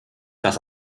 das